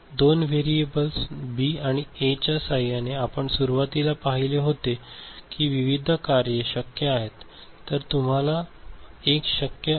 दोन variables B आणि A च्या सहाय्याने आपण सुरुवातीला पाहिले होते की किती विविध कार्ये शक्य आहेत